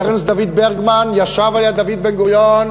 ארנסט דוד ברגמן ישב על יד דוד בן-גוריון,